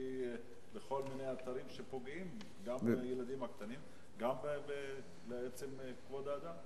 לכל מיני אתרים שפוגעים גם בילדים קטנים וגם בעצם כבוד האדם.